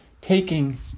taking